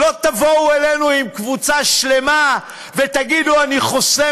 לא תבואו אלינו עם קבוצה שלמה ותגידו: אני חוסם